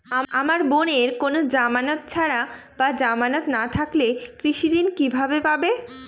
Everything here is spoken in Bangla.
আমার বোনের কোন জামানত ছাড়া বা জামানত না থাকলে কৃষি ঋণ কিভাবে পাবে?